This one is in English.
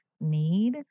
need